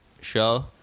show